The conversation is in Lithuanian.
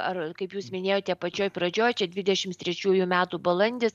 ar kaip jūs minėjote pačioj pradžioj čia dvidešimts trečiųjų metų balandis